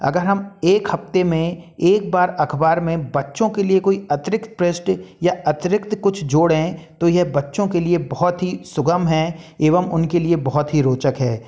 अगर हम एक हफ्ते में एक बार अखबार में बच्चों के लिए कोई अतिरिक्त पृष्ठ या अतिरिक्त कुछ जोड़ें तो यह बच्चों के लिए बहुत ही सुगम है एवं उनके लिए बहुत ही रोचक है